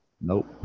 nope